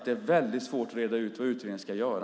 Det är väldigt svårt att reda ut vad utredningen ska göra.